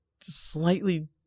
slightly